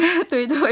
对对对